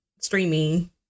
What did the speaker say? streaming